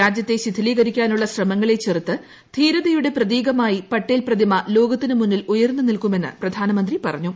രാജ്യത്തെ ശിഥിലീകരിക്കാനുള്ള ശ്രമങ്ങളെ ചെറുത്ത് ധീരതയുടെ പ്രതീകമായി പട്ടേൽ പ്രതിമ ലോകത്തിനു മുന്നിൽ ഉയർന്നു നിൽക്കുമെന്ന് പ്രധാനമന്ത്രി പറഞ്ഞു